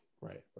Right